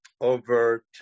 over